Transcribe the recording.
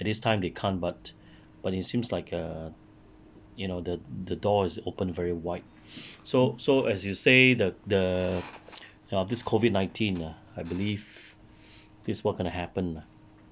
at this time they can't but but it seems like err you know the the door is open very wide so so as you say the the ya this COVID nineteen ah I believe this what's going to happen lah